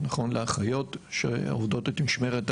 נכון גם לאחיות שעובדות את משמרת הלילה.